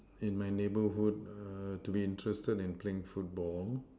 in my neighbourhood err to be interested in playing football